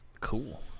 Cool